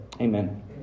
Amen